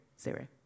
zero